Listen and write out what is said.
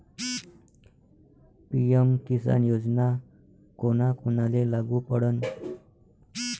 PM Kisan योजना कोना कोनाले लागू पडन?